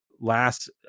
last